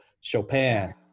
chopin